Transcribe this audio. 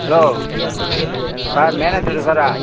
hello sir manager Sarah